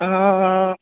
हँ